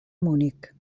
munic